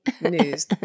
news